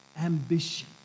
ambition